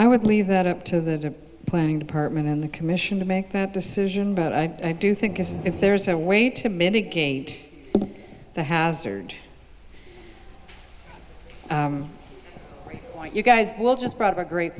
i would leave that up to the planning department and the commission to make that decision but i do think if there's a way to mitigate the hazard you guys just brought a great